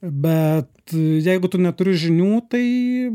bet jeigu tu neturi žinių tai